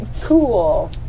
Cool